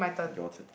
your turn